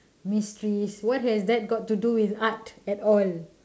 mysteries what has that got to do with art at all